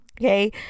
okay